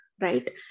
right